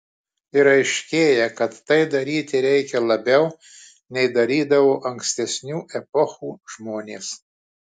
ir aiškėja kad tai daryti reikia labiau nei darydavo ankstesnių epochų žmonės